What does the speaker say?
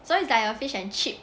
so it's like a fish and chip